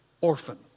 orphan